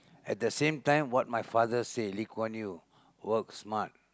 at the same time what my father say Lee Kuan Yew work smart